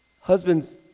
Husbands